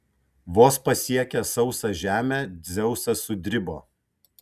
vos pasiekęs sausą žemę dzeusas sudribo